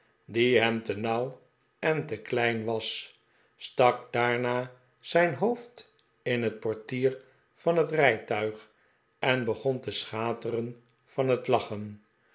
die hem te nauw en te klein was stak daarna zijn hoofd in het een vroolijke reisgenoot portier van net rijtuig en begon te senateren van het lac